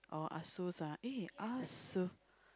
oh Asus ah eh Asus